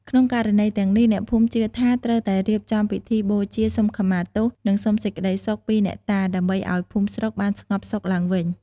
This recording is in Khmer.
ក្នុងករណីទាំងនេះ អ្នកភូមិជឿថាត្រូវតែរៀបចំពិធីបូជាសុំខមាទោស និងសុំសេចក្តីសុខពីអ្នកតា ដើម្បីឲ្យភូមិស្រុកបានស្ងប់សុខឡើងវិញ។